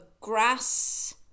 grass